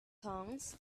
tongs